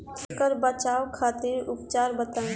ऐकर बचाव खातिर उपचार बताई?